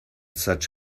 such